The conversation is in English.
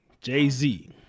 Jay-Z